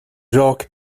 rak